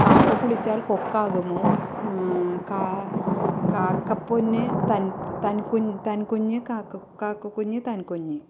കാക്ക കുളിച്ചാൽ കൊക്കാകുമോ കാ കാക്ക പൊന്ന് തൻ തൻ കു തൻ കുഞ്ഞ് കാക്ക കുഞ്ഞ് തൻ കുഞ്ഞ്